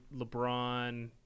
lebron